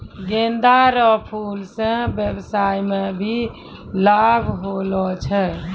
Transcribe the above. गेंदा रो फूल से व्यबसाय मे भी लाब होलो छै